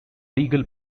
legal